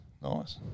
Nice